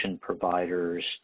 providers